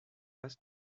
was